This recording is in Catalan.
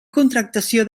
contractació